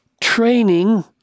training